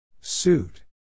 Suit